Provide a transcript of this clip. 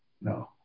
No